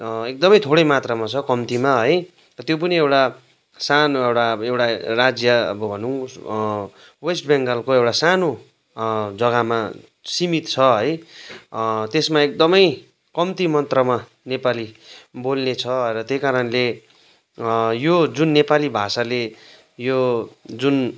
एकदमै थोरै मात्रामा छ कम्तीमा है त्यो पनि एउटा सानो एउटा अब एउटा राज्य भनौँ वेस्ट बङ्गालको एउटा सानो जग्गामा सीमित छ है त्यसमा एकदमै कम्ती मात्रामा नेपाली बोल्ने छ र त्यही कारणले यो जुन नेपाली भाषाले यो जुन